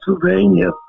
Pennsylvania